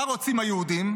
מה רוצים היהודים?